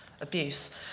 abuse